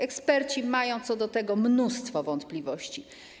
Eksperci mają co do tego mnóstwo wątpliwości.